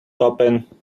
open